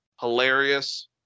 hilarious